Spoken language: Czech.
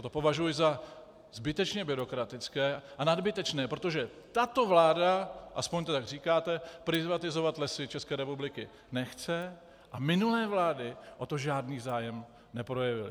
To považuji za zbytečně byrokratické a nadbytečné, protože tato vláda, aspoň to tak říkáte, privatizovat Lesy ČR nechce a minulé vlády o to žádný zájem neprojevily.